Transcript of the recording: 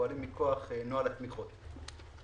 פועלים מכוח נוהל התמיכות,